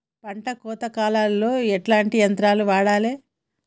పంట కోత కాలాల్లో ఎట్లాంటి యంత్రాలు వాడాలే?